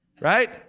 right